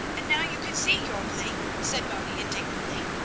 and now you can see, jorgli, said moni, indignantly,